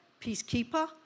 peacekeeper